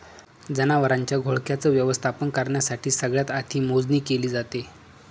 जनावरांच्या घोळक्याच व्यवस्थापन करण्यासाठी सगळ्यात आधी मोजणी केली जाते